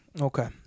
Okay